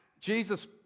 Jesus